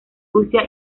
rusia